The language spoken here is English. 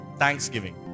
thanksgiving